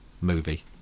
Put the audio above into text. movie